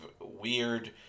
weird